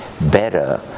better